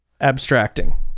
abstracting